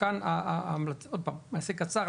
נעשה קצר,